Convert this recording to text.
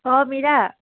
অঁ মীৰা